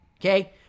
okay